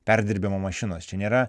perdirbimo mašinos čia nėra